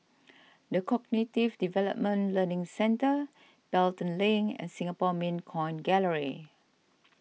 the Cognitive Development Learning Centre Pelton Link and Singapore Mint Coin Gallery